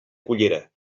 cullera